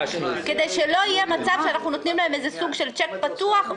כדי שלא יהיה מצב שאנחנו נותנים להם איזה סוג של צ'ק פתוח.